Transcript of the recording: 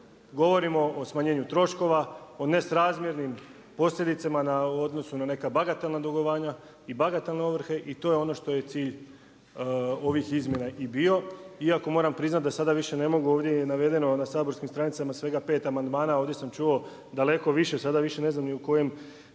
Govorimo o smanjenju troškova, o nesrazmjernim posljedicama u odnosu na nekakva bagatelna dugovanja i bagatelne ovrhe i to je ono što je cilj ovih izmjena i bio, iako moram priznati da sada više ne mogu ovdje je navedeno na saborskim stranicama svega pet amandmana ovdje sam čuo daleko više, sada više ne znam ni o kojem